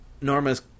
Norma's